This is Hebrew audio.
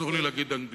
אסור לי להגיד באנגלית.